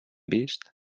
vist